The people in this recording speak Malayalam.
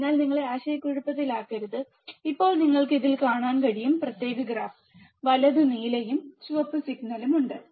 അതിനാൽ നിങ്ങളെ ആശയക്കുഴപ്പത്തിലാക്കരുത് ഇപ്പോൾ നിങ്ങൾക്ക് ഇതിൽ കാണാൻ കഴിയും പ്രത്യേക ഗ്രാഫ് വലത് നീലയും ചുവപ്പും സിഗ്നൽ ഉണ്ട്